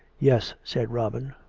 yes, said robin,